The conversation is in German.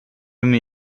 mir